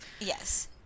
yes